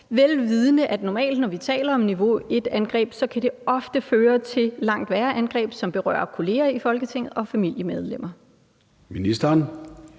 vel vidende at når vi normalt taler om niveau 1-angreb, kan det ofte føre til langt værre angreb, som berører kolleger i Folketinget og familiemedlemmer?